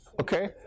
Okay